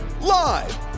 Live